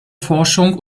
forschung